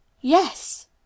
Yes